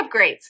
upgrades